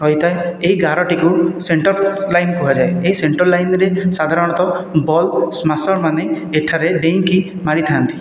ହୋଇଥାଏ ଏହି ଗାରଟିକୁ ସେଣ୍ଟର ଲାଇନ କୁହାଯାଏ ଏହି ସେଣ୍ଟର ଲାଇନରେ ସାଧାରଣତଃ ବଲ୍ ସ୍ମାସରମାନେ ଏଠାରେ ଡେଇଁକି ମରିଥାନ୍ତି